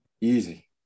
Easy